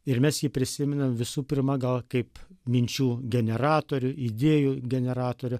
ir mes jį prisimenam visų pirma gal kaip minčių generatorių idėjų generatorių